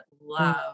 love